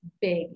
big